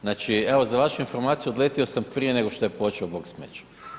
Znači evo za vašu informaciju, odletio sam prije nego što je počeo boks meč.